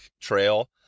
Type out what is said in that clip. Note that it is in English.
Trail